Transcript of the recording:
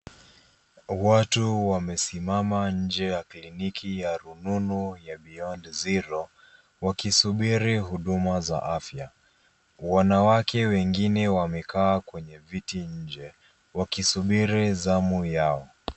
Watu wamesimama nje ya kliniki ya rununu ya beyond zero wakisubiri huduma za afya. Wanawake wengine wamekaa kwa viti nje wakisubiri zamu yao.